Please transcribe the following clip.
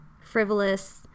frivolous